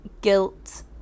guilt